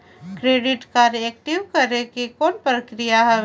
Credit card active करे के कौन प्रक्रिया हवे?